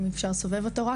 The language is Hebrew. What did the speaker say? אם אפשר לסובב אותו.